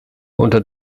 unter